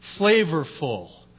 flavorful